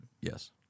Yes